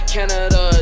Canada